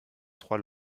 trois